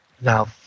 Now